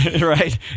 Right